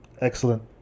excellent